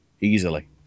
easily